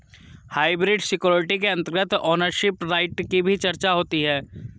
hybrid security के अंतर्गत ownership right की भी चर्चा होती है